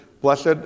Blessed